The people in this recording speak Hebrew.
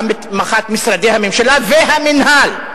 גם בתמיכת משרדי הממשלה והמינהל,